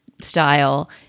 style